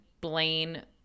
Blaine